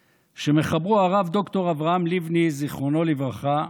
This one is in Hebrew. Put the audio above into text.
שמחברו, הרב ד"ר אברהם לבני זיכרונו לברכה,